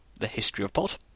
thehistoryofpod